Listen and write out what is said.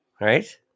Right